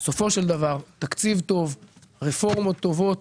כי בסופו של דבר רפורמות טובות